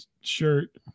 shirt